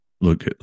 look